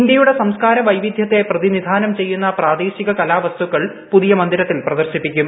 ഇന്ത്യയുടെ സംസ്കാര വൈവിധ്യത്തെ പ്രതിനിധാനം ചെയ്യുന്ന പ്രാദേശിക കലാവസ്തുക്കൾ പുതിയ മന്ദിരത്തിൽ പ്രദർശിപ്പിക്കും